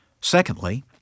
Secondly